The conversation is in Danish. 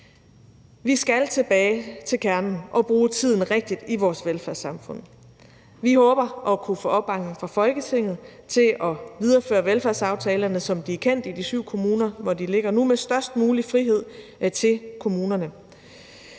Vi skal tilbage til kernen og bruge tiden rigtigt i vores velfærdssamfund. Vi håber at kunne få opbakning fra Folketinget til at videreføre velfærdsaftalerne, som de er kendt i de syv kommuner, hvor de ligger nu, med størst mulig frihed til kommunerne.